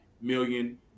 million